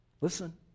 Listen